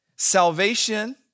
Salvation